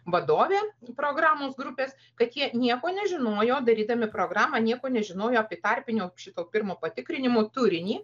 vadovė programos grupės kad jie nieko nežinojo darydami programą nieko nežinojo apie tarpinio šito pirmo patikrinimo turinį